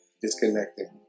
disconnecting